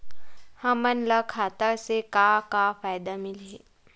हमन ला खाता से का का फ़ायदा मिलही?